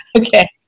okay